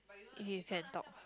if you can talk